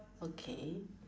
okay